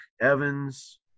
Evans